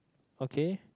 okay